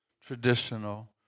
traditional